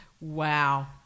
Wow